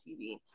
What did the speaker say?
TV